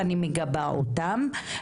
ואני מגבה אותם.